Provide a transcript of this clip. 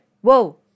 Whoa